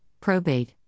probate